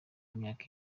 imyaka